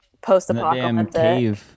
post-apocalyptic